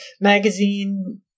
magazine